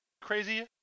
crazy